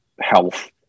health